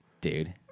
dude